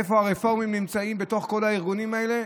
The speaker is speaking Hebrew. איפה הרפורמים נמצאים בתוך כל הארגונים האלה?